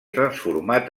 transformat